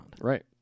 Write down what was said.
Right